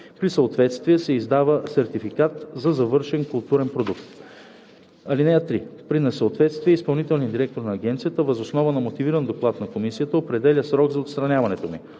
При съответствие се издава сертификат за завършен културен продукт. (3) При несъответствие изпълнителният директор на агенцията въз основа на мотивиран доклад на комисията определя срок за отстраняването му.